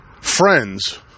friends